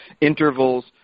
intervals